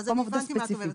אז אני הבנתי מה את אומרת.